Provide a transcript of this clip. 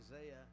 Isaiah